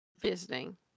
Visiting